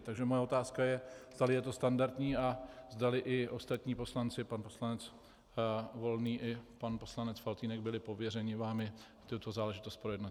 Takže moje otázka je, zdali je to standardní a zdali i ostatní poslanci, pan poslanec Volný i pan poslanec Faltýnek, byli pověřeni vámi tuto záležitost projednat.